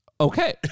Okay